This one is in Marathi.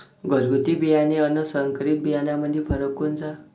घरगुती बियाणे अन संकरीत बियाणामंदी फरक कोनचा?